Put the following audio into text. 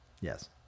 Yes